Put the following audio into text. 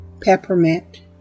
peppermint